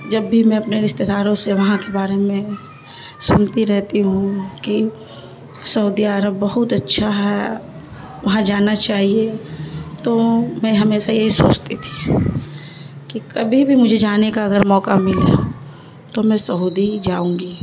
جب بھی میں اپنے رشتے داروں سے وہاں کے بارے میں سنتی رہتی ہوں کہ سعودی عرب بہت اچھا ہے وہاں جانا چاہیے تو میں ہمیشہ یہی سوچتی تھی کہ کبھی بھی مجھے جانے کا اگر موقع مللا تو میں سعودی جاؤں گی